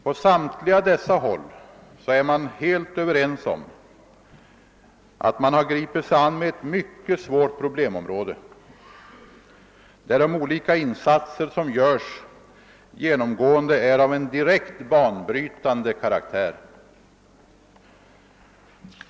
På alla håll anses det att arbetsgruppen har gripit sig an med ett mycket svårt problemområde där olika insatser kan göras som genomgående blir banbrytande.